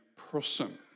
person